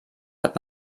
hat